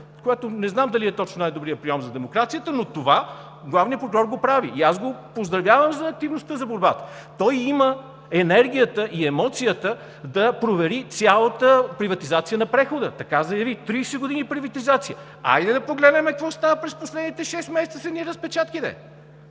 което не знам дали е точно най-добрият прийом за демокрацията, но това главният прокурор го прави и аз го поздравявам за активността, за борбата! Той има енергията и емоцията да провери цялата приватизация на прехода – така заяви – 30 години приватизация! Хайде да погледнем какво става през последните шест месеца с едни разпечатки